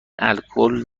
الکل